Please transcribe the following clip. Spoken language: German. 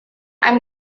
einem